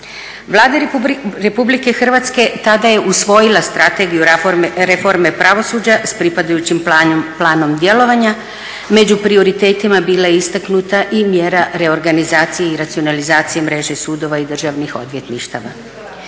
Vlada RH tada je usvojila Strategiju reforme pravosuđa s pripadajućim planom djelovanja. Među prioritetima bila je istaknuta i mjera reorganizacije i racionalizacije mreže sudova i državnih odvjetništava.